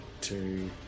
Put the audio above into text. two